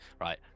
right